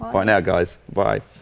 bye now guys. bye.